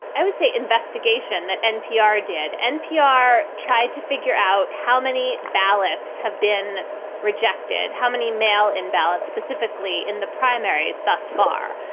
i would say, investigation that npr did. npr tried to figure out how many ballots have been rejected, how many mail in ballots specifically in the primaries thus far.